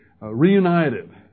reunited